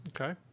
Okay